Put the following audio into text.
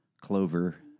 clover